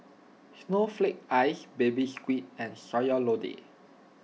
Snowflake Ice Baby Squid and Sayur Lodeh